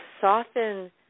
soften